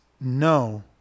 No